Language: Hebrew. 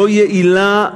לא יעילה,